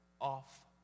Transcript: off